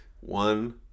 One